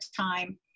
time